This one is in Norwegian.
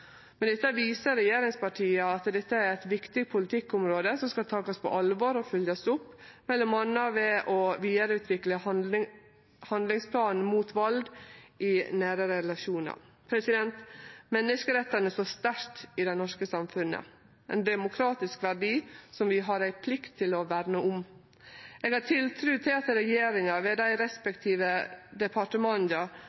dette viser regjeringspartia at dette er eit viktig politikkområde som ein skal ta på alvor og følgje opp, m.a. ved å vidareutvikle handlingsplanen mot vald i nære relasjonar. Menneskerettane står sterkt i det norske samfunnet – ein demokratisk verdi som vi har ei plikt til å verne om. Eg har tiltru til at regjeringa ved dei